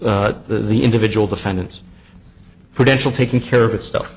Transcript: the individual defendants prudential taking care of itself